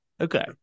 Okay